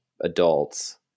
adults